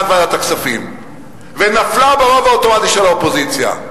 ועדת הכספים ונפלה ברוב האוטומטי של הקואליציה,